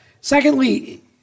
Secondly